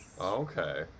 Okay